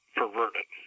perverted